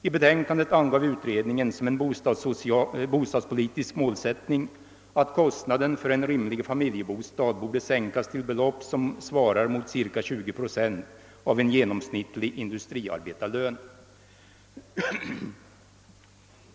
I betänkandet angav utredningen som en bostadspolitisk målsättning att kostnaden för en rimlig familjebostad borde sänkas till belopp som svarar mot cirka 20 procent av en genomsnittlig industriarbetarlön.